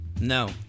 no